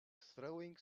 throwing